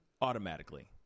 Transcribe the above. Automatically